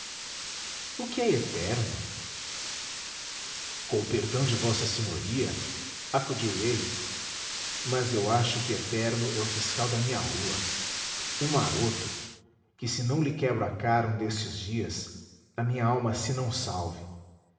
o que é eterno com perdão de v s a acudiu ele mas eu acho que eterno é o fiscal da minha rua um maroto que se não lhe quebro a cara um destes dias a minha alma se não salve